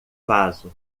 vaso